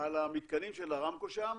על המתקנים של עראמקו שם